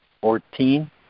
Fourteen